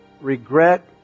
regret